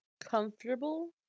comfortable